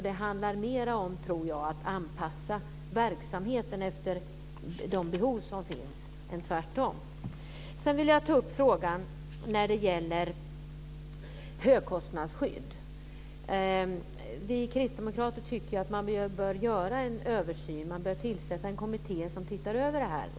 Det handlar alltså mer om att anpassa verksamheten efter de behov som finns än tvärtom. Sedan vill jag ta upp frågan om högkostnadsskydd. Vi kristdemokrater tycker att man bör göra en översyn. Man bör tillsätta en kommitté som tittar över det här.